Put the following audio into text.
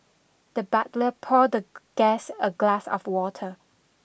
the butler poured the guest a glass of water